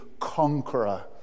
conqueror